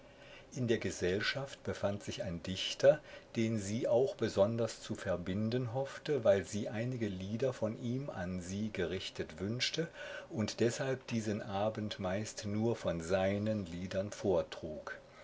in der gesellschaft befand sich ein dichter den sie auch besonders zu verbinden hoffte weil sie einige lieder von ihm an sie gerichtet wünschte und deshalb diesen abend meist nur von seinen liedern vortrug